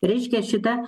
reiškia šita